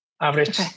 Average